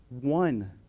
one